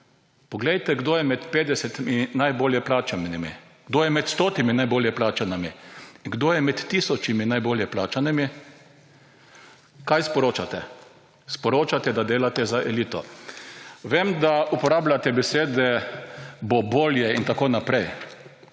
Poglejte, kdo je med 50 najbolj plačanimi, kdo je med 100 najbolj plačanimi in kdo je med tisočimi najbolj plačanimi? Kaj sporočate? Sporočate, da delate za elito. Vemo, da uporabljate besede bo bolje in tako naprej.